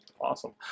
Awesome